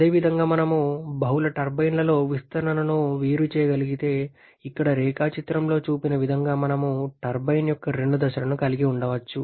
అదేవిధంగా మనం బహుళ టర్బైన్లలో విస్తరణను వేరు చేయగలిగితే ఇక్కడ రేఖాచిత్రంలో చూపిన విధంగా మనం టర్బైన్ యొక్క రెండు దశలను కలిగి ఉండవచ్చు